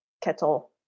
kettle